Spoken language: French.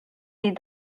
des